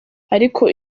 ariko